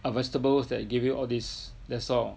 the vegetables that give you all this that's all